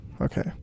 Okay